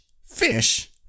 Fish